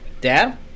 dad